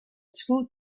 school